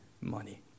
money